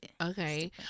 Okay